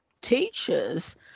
teachers